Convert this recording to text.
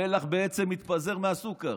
המלח בעצם מתפזר מהסוכר,